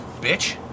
Bitch